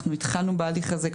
אנחנו התחלנו בהליך הזה,